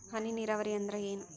ಹನಿ ನೇರಾವರಿ ಅಂದ್ರ ಏನ್?